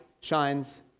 shines